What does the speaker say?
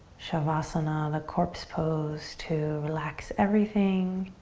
shavasana, the corpse pose to relax everything.